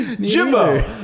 jimbo